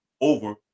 over